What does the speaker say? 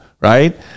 right